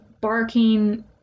barking